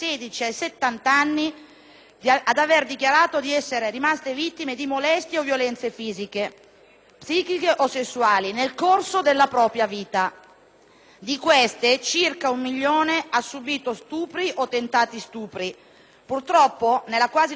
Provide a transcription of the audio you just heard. psichiche o sessuali nel corso della propria vita. Di queste circa un milione ha subito stupri o tentati stupri. Purtroppo, nella quasi totalità dei casi le violenze non sono denunciate. Ciò che possiamo definire come il sommerso